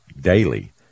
daily